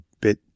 bit